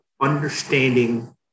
understanding